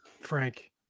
Frank